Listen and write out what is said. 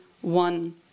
one